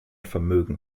vermögen